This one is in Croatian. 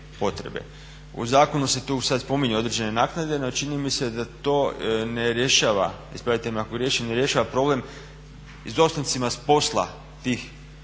U zakonu se tu sad spominju određene naknade, no čini mi se da to ne rješava, ispravite me ako griješim, ne rješava problem izostancima s posla tih